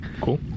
Cool